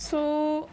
so